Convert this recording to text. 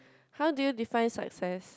how do you define success